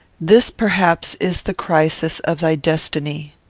this, perhaps, is the crisis of thy destiny.